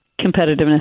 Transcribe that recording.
Competitiveness